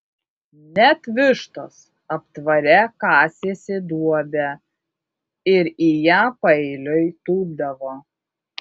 net vištos aptvare kasėsi duobę ir į ją paeiliui tūpdavo